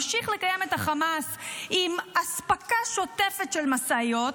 ממשיך לקיים את החמאס עם אספקה שוטפת של משאיות,